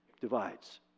Divides